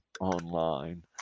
online